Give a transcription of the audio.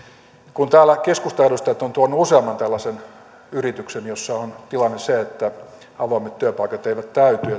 kun täällä keskustan edustajat ovat tuoneet useamman tällaisen yrityksen jossa on tilanne se että avoimet työpaikat eivät täyty ja työttömät eivät